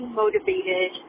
motivated